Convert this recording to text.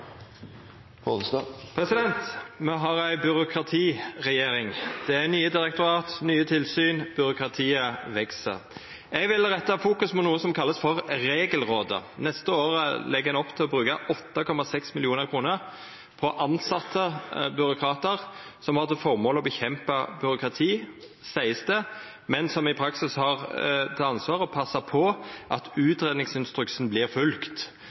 nye direktorat, nye tilsyn, og byråkratiet veks. Eg vil fokusera på noko som vert kalla Regelrådet. Neste år legg ein opp til å bruka 8,6 mill. kr på å tilsetja byråkratar som har som føremål å kjempa mot byråkrati, vert det sagt, men som i praksis har som ansvar å passa på at